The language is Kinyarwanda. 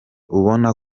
ubona